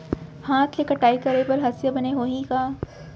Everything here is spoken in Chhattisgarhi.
हाथ ले कटाई करे बर हसिया बने होही का?